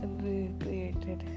recreated